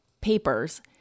papers